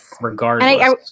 regardless